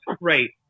Right